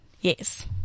Yes